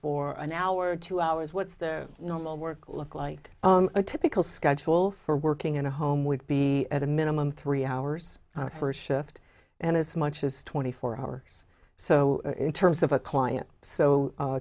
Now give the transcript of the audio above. for an hour or two hours what's their normal work look like a typical schedule for working in a home would be at a minimum three hours for a shift and as much as twenty four hours so in terms of a client so